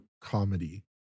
comedy